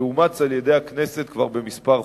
שאומץ על-ידי הכנסת כבר בכמה חוקים.